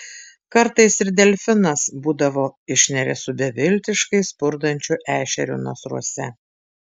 kartais ir delfinas būdavo išneria su beviltiškai spurdančiu ešeriu nasruose